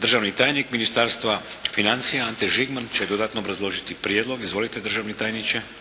Državni tajnik Ministarstva financija, Ante Žigman će dodatno obrazložiti prijedlog. Izvolite državni tajniče.